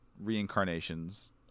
reincarnations